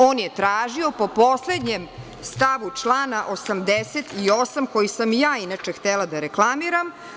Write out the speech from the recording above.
On je tražio po poslednjem stavu člana 88. koji sam i ja inače htela da reklamiram.